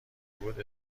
بود